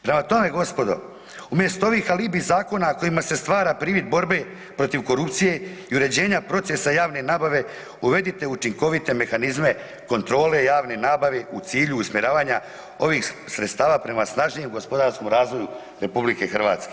Prema tome gospoda, umjesto ovih alibi zakona kojima se stvara privid borbe protiv korupcije i uređenja procesa javne nabave uvedite učinkovite mehanizme kontrole javne nabave u cilju usmjeravanja ovih sredstava prema snažnijem gospodarskom razvoju RH.